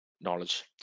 knowledge